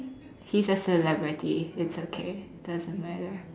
he's a celebrity it's okay doesn't matter